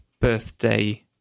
birthday